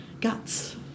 guts